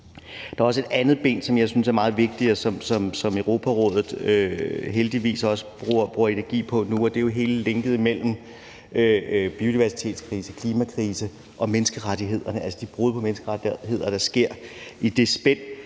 Der er også et andet ben, som jeg synes er meget vigtigt, og som Europarådet heldigvis også bruger energi på nu, og det er jo hele linket mellem biodiversitetskrise, klimakrise og menneskerettigheder, altså de brud på menneskerettighederne, der sker i det spænd.